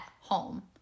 home